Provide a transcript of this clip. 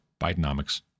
Bidenomics